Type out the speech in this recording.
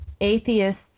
atheists